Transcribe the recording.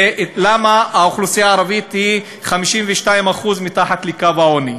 ולמה 52% מהאוכלוסייה הערבית הם מתחת לקו העוני.